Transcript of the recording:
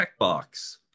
checkbox